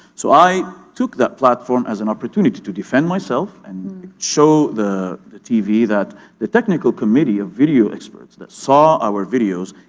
so, i took that platform as an opportunity to defend myself and show the the tv that the technical committee of video experts that saw our videos,